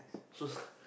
shoes